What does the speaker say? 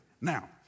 Now